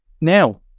Now